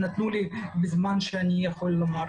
קודם כל נעלה בזום את משרד הקליטה ואחר כך את בעלת